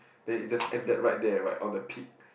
then it just ended right there right on the peak